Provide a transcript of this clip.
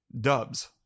dubs